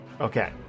Okay